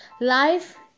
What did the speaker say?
life